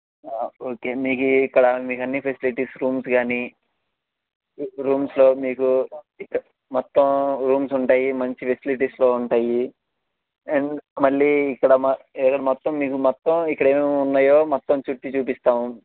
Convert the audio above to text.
okay మీకు ఇక్కడ మీకు అన్ని ఫెసిలిటీస్ రూమ్స్ కానీ రూమ్స్లో మీకు ఇక మొత్తం రూమ్స్ ఉంటాయి మంచి ఫెసిలిటీస్లో ఉంటాయి అండ్ మళ్ళీ ఇక్కడ మ ఇక్కడ మొత్తం మీకు మొత్తం ఇక్కడ ఏమేమి ఉన్నాయో మొత్తం చుట్టి చూపిస్తాం